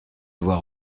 voir